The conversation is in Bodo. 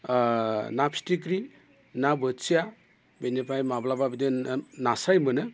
ना फिथिख्रि ना बोथिया बेनिफ्राय माब्लाबा बिदिनो नास्राय मोनो